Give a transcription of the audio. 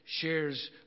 shares